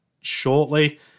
shortly